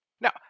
Now